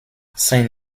sein